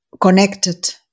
connected